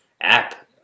app